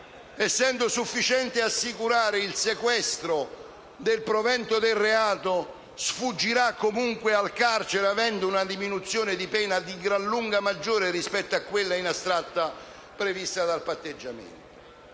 essendo sufficiente assicurare il sequestro del provento del reato, sfuggirà comunque al carcere avendo una diminuzione di pena di gran lunga maggiore rispetto a quella prevista in astratto dal patteggiamento?